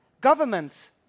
Governments